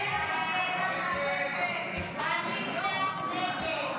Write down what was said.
הצעת הסיכום שהביאה חברת הכנסת פנינה